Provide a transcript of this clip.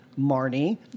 Marnie